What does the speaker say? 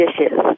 dishes